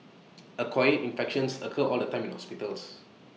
acquired infections occur all the time in hospitals